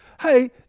hey